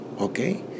Okay